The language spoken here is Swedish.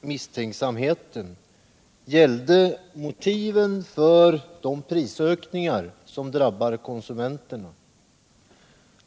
misstänksamhet gällde motiven för de prisökningar som drabbar konsumenterna.